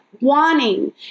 wanting